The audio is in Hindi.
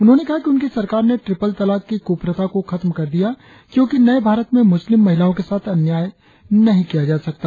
उन्होंने कहा कि उनकी सरकार ने ट्रिपल तलाक की कुप्रथा को खत्म कर दिया क्योंकि नये भारत में मुस्लिम महिलाओं के साथ अन्याय नहीं किया जा सकता